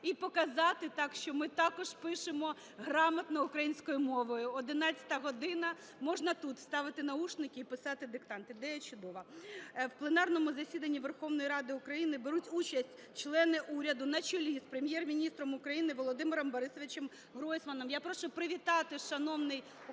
і показати так, що ми також пишемо грамотно українською мовою. 11 година, можна тут вставити навушники і писати диктант, ідея чудова. В пленарному засіданні Верховної Ради України беруть участь члени уряду на чолі з Прем'єр-міністром України Володимиром БорисовичемГройсманом. Я прошу привітати шановний український